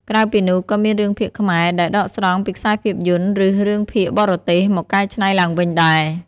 ក្រៅពីនោះក៏មានរឿងភាគខ្មែរដែលដកស្រង់ពីខ្សែភាពយន្ត ឬរឿងភាគបរទេសមកកែច្នៃឡើងវិញដែរ។